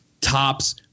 Tops